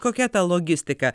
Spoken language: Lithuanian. kokia ta logistika